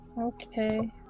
Okay